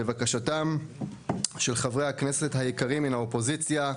לבקשתם של חברי הכנסת היקרים מהאופוזיציה,